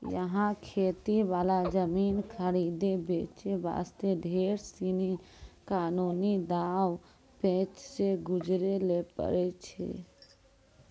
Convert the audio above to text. यहाँ खेती वाला जमीन खरीदै बेचे वास्ते ढेर सीनी कानूनी दांव पेंच सॅ गुजरै ल पड़ै छै